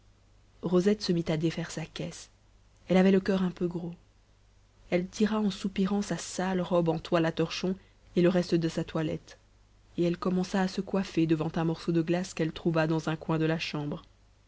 rosette se mit à défaire sa caisse elle avait le coeur un peu gros elle tira en soupirant sa sale robe en toile à torchons et le reste de sa toilette et elle commença à se coiffer devant un morceau de glace qu'elle trouva dans un coin de la chambre